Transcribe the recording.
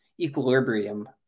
equilibrium